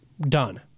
done